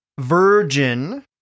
Virgin